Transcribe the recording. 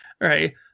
Right